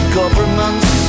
governments